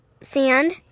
sand